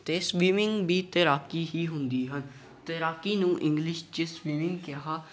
ਅਤੇ ਸਵਿਮਿੰਗ ਵੀ ਤੈਰਾਕੀ ਹੀ ਹੁੰਦੀ ਹਨ ਤੈਰਾਕੀ ਨੂੰ ਇੰਗਲਿਸ਼ 'ਚ ਸਵਿਮਿੰਗ ਕਿਹਾ